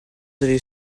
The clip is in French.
avez